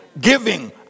giving